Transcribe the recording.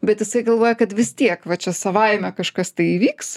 bet jisai galvoja kad vis tiek va čia savaime kažkas tai įvyks